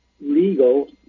Legal